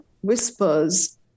whispers